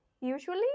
usually